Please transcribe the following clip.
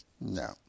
No